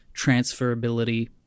transferability